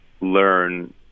learn